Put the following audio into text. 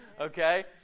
Okay